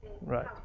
right